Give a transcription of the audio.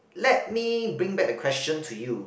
let me bring back the question to you